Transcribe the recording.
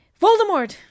Voldemort